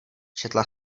četla